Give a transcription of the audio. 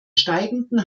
steigenden